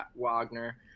Wagner